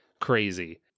crazy